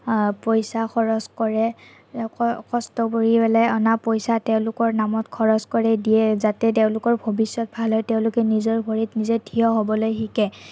পইচা খৰচ কৰে কষ্ট কৰি পেলাই অনা পইচা তেওঁলোকৰ নামত খৰচ কৰি দিয়ে যাতে তেওঁলোকৰ ভৱিষ্যত ভাল হয় তেওঁলোকে নিজৰ ভৰিত নিজে থিয় হ'বলৈ শিকে